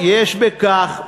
ספר את זה לריקי כהן.